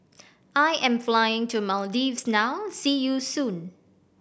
I am flying to Maldives now see you soon